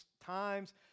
times